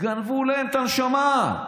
גנבו להם את הנשמה.